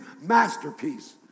masterpiece